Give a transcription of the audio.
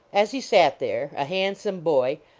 as he sat there, a handsome boy,